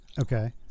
Okay